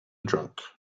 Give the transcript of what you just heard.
drunk